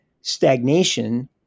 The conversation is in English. stagnation